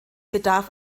bedarf